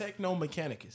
Technomechanicus